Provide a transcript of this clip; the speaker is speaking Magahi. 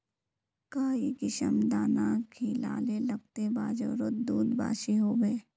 काई किसम दाना खिलाले लगते बजारोत दूध बासी होवे?